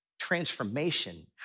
transformation